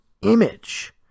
image